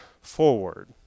forward